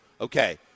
Okay